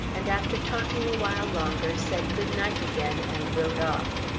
and after talking a while longer, said good-night again and rode off.